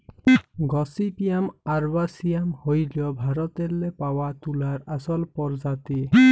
gossypium arboreum হ্যইল ভারতেল্লে পাউয়া তুলার আসল পরজাতি